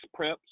Preps